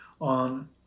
on